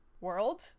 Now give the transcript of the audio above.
world